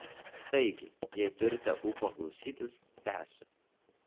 taigi jei turite ūpo klausytis tęsiu